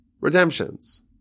redemptions